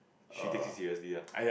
she takes it seriously ah